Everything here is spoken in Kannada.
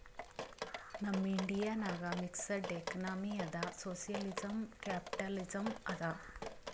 ನಮ್ ಇಂಡಿಯಾ ನಾಗ್ ಮಿಕ್ಸಡ್ ಎಕನಾಮಿ ಅದಾ ಸೋಶಿಯಲಿಸಂ, ಕ್ಯಾಪಿಟಲಿಸಂ ಅದಾ